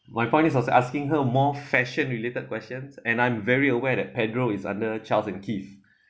my point is I was asking her more fashion related questions and I'm very aware that pedro is under charles and keith